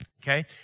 Okay